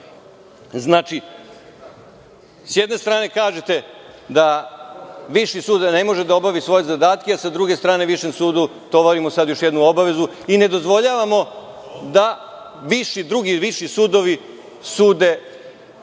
Znači, s jedne strane kažete da Viši sud ne može da obavi svoje zadatke a sa druge strane Višem sudu tovarimo još jednu obavezu i ne dozvoljavamo da drugi viši sudovi sude